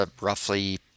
roughly